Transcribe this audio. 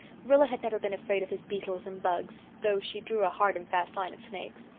rilla had never been afraid of his beetles and bugs, though she drew a hard and fast line at snakes.